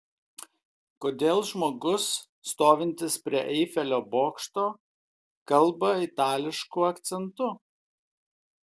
kodėl žmogus stovintis prie eifelio bokšto kalba itališku akcentu